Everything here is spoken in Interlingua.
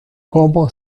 como